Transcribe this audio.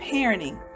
parenting